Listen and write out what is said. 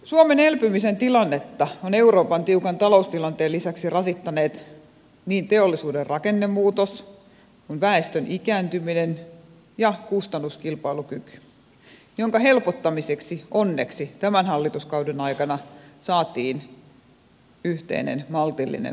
suomen elpymisen tilannetta ovat euroopan tiukan taloustilanteen lisäksi rasittaneet niin teollisuuden rakennemuutos kuin väestön ikääntyminen ja kustannuskilpailukyky jonka helpottamiseksi onneksi tämän hallituskauden aikana saatiin yhteinen maltillinen palkkaratkaisu